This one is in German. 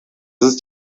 ist